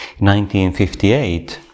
1958